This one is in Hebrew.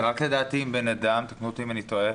לדעתי תקנו אותי אם אני טועה,